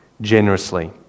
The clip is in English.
generously